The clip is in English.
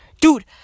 dude